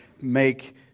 make